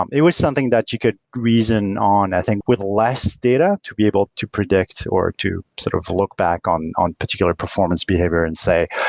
um it was something that you could reason on i think with less data to be able to predict or to sort of look back on on particular performance behavior and say,